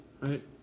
right